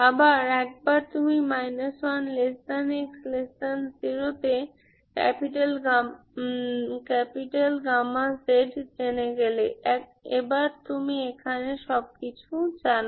আবার একবার তুমি 1x0 এতে z জেনে গেলে এবার তুমি এখানের সবকিছু জানো